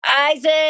Isaac